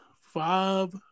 Five